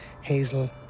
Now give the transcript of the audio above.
hazel